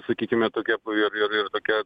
sakykime tokia ir ir ir tokia